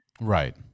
Right